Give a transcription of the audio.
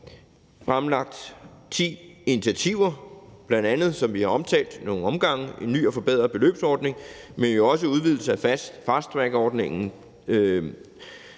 fremlagt ti initiativer, bl.a., som vi har omtalt i nogle omgange, en ny og forbedret beløbsordning, men jo også en udvidelse af fasttrackordningen,